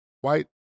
white